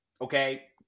Okay